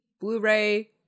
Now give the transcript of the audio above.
Blu-ray